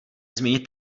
změnit